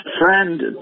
friend